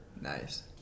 nice